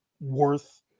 worth